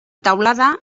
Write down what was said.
teulada